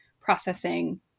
processing